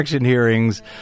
hearings